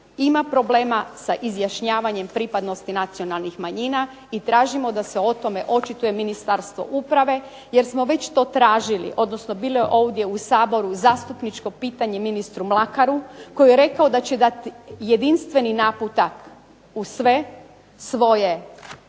ima problema sa izjašnjavanjem pripadnosti nacionalnih manjina i tražimo da se o tome očituje Ministarstvo uprave jer smo već to tražili, odnosno bilo je ovdje u Saboru zastupničko pitanje ministru Mlakaru koji je rekao da će dati jedinstveni naputak u sve svoje